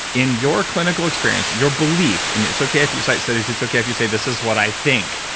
in your clinical experience, your belief, and it's okay if you cite studies, it's okay if you say, this is what i think,